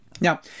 Now